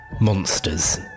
Monsters